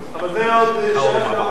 אבל זה עוד שייך,